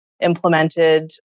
implemented